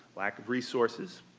lack of resources,